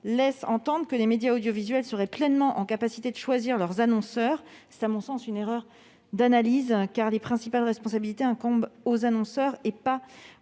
laisserait entendre que les médias audiovisuels seraient pleinement en mesure de choisir leurs annonceurs. C'est à mon sens une erreur d'analyse, car les principales responsabilités incombent aux annonceurs et non aux diffuseurs.